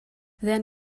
then